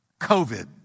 COVID